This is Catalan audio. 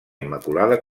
immaculada